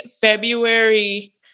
February